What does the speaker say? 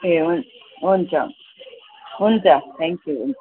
ए हुन हुन्छ हुन्छ हुन्छ थ्याङ्क्यु हुन्छ